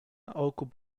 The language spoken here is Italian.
occupa